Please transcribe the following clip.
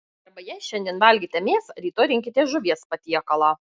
arba jei šiandien valgėte mėsą rytoj rinkitės žuvies patiekalą